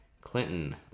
Clinton